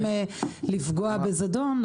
-- לפגוע בזדון,